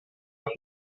alla